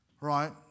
right